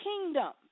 kingdom